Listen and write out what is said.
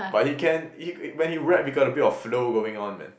but he can he c~ when he rap he got a bit of flow going on man